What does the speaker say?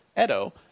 Edo